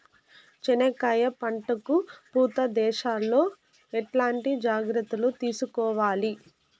చెనక్కాయలు పంట కు పూత దశలో ఎట్లాంటి జాగ్రత్తలు తీసుకోవాలి?